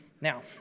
Now